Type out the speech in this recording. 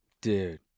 Dude